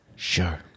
sure